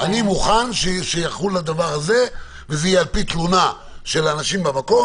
אני מוכן שהדבר הזה יחול וזה יהיה על פי תלונה של אנשים במקום.